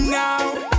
now